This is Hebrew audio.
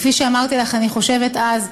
כפי שאני חושבת שאמרתי לך אז,